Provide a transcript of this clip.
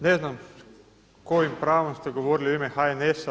Ne znam kojim pravom ste govorili u ime HNS-a.